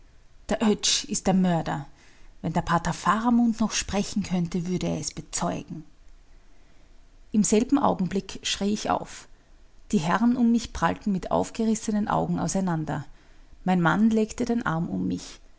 der oetsch ist der mörder wenn der pater faramund noch sprechen könnte würde er es bezeugen im selben augenblick schrie ich auf die herren um mich prallten mit aufgerissenen augen auseinander mein mann legte den arm um mich